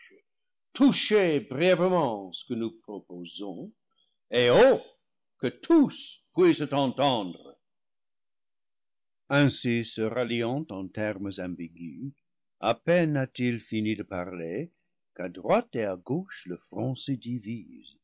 touchez brièvement ce que nous proposons et haut que tous puissent entendre ainsi se ralliant en termes ambigus à peine a-t-il fini de parler qu'à droite et à gauche le front